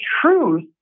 truth